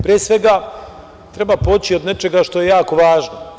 Pre svega, treba poći od nečega što je jako važno.